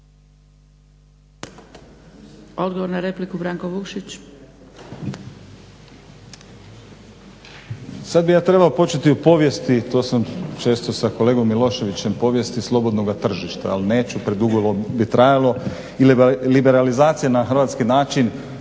laburisti - Stranka rada)** Sad bih ja trebao početi o povijesti, to sam često sa kolegom Miloševićem, povijesti slobodnoga tržišta ali neću, predugo bi trajalo. Liberalizacija na hrvatski način